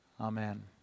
Amen